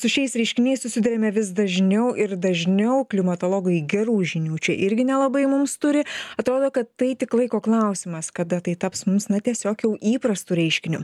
su šiais reiškiniais susiduriame vis dažniau ir dažniau klimatologai gerų žinių čia irgi nelabai mums turi atrodo kad tai tik laiko klausimas kada tai taps mums na tiesiog mums jau įprastu reiškiniu